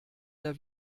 der